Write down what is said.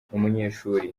umunyeshuri